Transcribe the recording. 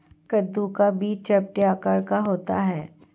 कद्दू का बीज चपटे आकार का होता है